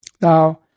Now